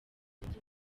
zunze